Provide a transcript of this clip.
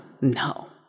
No